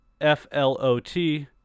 F-L-O-T